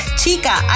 chica